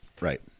Right